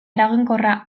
eraginkorra